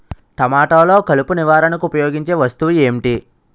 టమాటాలో కలుపు నివారణకు ఉపయోగించే వస్తువు ఏంటి?